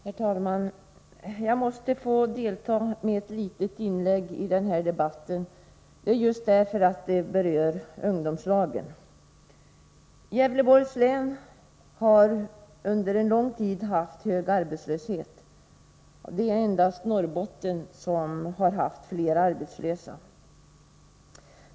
Herr talman! Jag måste få delta med ett litet inlägg i denna debatt, just därför att den berör ungdomslagen. Gävleborgs län har under en lång tid haft hög arbetslöshet. Endast Norrbottens län har haft fler arbetslösa.